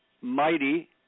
mighty